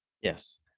Yes